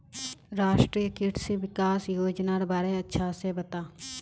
राष्ट्रीय कृषि विकास योजनार बारे अच्छा से बता